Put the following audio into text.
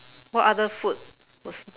what other food was